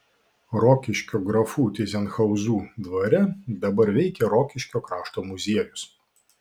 rokiškio grafų tyzenhauzų dvare dabar veikia rokiškio krašto muziejus